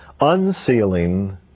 Unsealing